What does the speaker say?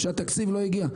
והתקציב לא הגיע.